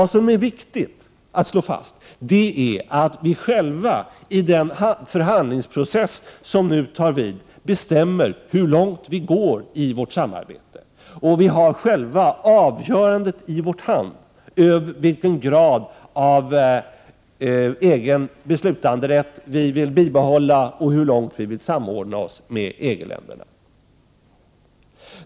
Det är viktigt att slå fast att vi själva i den förhandlingsprocess som nu tar vid bestämmer hur långt vi går i vårt samarbete. Vi har själva avgörandet i vår hand vad gäller i vilken omfattning vi vill bibehålla vår egen beslutanderätt och hur långt vi vill samordna oss med EG-länderna.